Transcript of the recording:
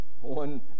One